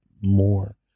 more